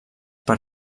per